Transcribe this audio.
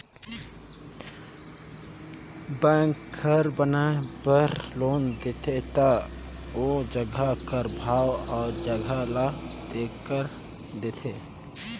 bank घर बनाए बर लोन देथे ता ओ जगहा कर भाव अउ जगहा ल देखकर देथे